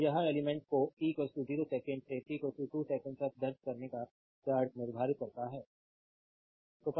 तो यह एलिमेंट्स को t 0 सेकंड से t 2 सेकंड तक दर्ज करने का चार्ज निर्धारित करता है